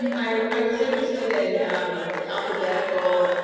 i i was interested in the alphabetical